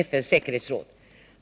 FN:s säkerhetsråd.